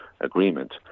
agreement